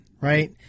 right